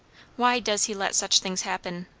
why does he let such things happen?